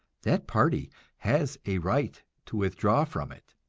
that party has a right to withdraw from it,